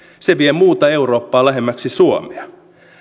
se vie muuta eurooppaa lähemmäksi suomea